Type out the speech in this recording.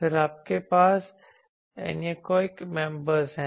फिर आपके पास एनीकोएक चैंबर्स हैं